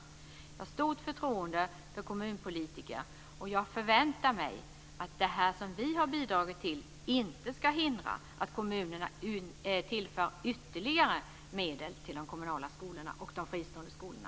Jag har stort förtroende för kommunpolitiker, och jag förväntar mig att det som vi har bidragit till inte ska hindra att kommunerna tillför ytterligare medel till de kommunala och till de fristående skolorna.